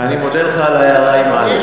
אני מודה לך על ההארה, עם אל"ף.